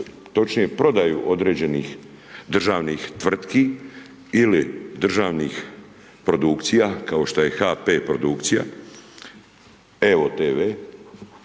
točnije prodaju određenih državnih tvrtki ili državnih produkcija, kao što je HP produkcija, evo-tv,